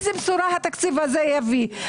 איזו בשורה התקציב הזה יביא?